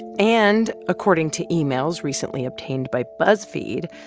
and according to emails recently obtained by buzzfeed,